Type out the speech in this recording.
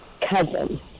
cousin